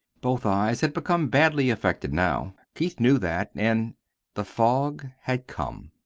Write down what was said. both eyes had become badly affected now. keith knew that and the fog had come.